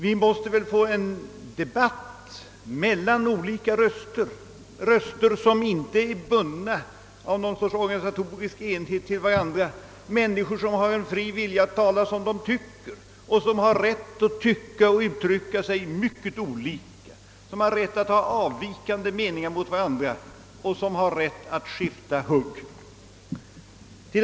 Vi måste väl få en debatt mellan olika röster som inte är bundna till varandra av någon sorts organisatorisk enhet, mellan människor som har frihet att tala som de tycker och som har rätt att tycka och uttrycka sig mycket olika, som har rätt att ha sinsemellan avvikande meningar och som har rätt att skifta hugg.